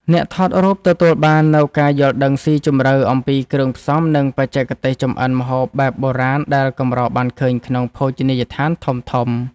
អ្នកថតរូបទទួលបាននូវការយល់ដឹងស៊ីជម្រៅអំពីគ្រឿងផ្សំ និងបច្ចេកទេសចម្អិនម្ហូបបែបបុរាណដែលកម្របានឃើញក្នុងភោជនីយដ្ឋានធំៗ។